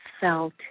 felt